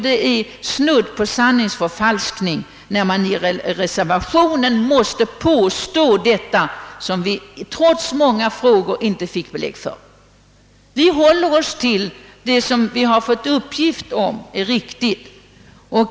Det är snudd på sanningsförfalskning, när man i reservationen påstår något, som vi trots direkt fråga inte fick belägg för. Utskottsmajoriteten håller sig till den uppgift vi erhållit.